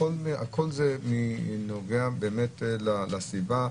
הכול נוגע לסביבה,